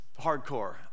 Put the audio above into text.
hardcore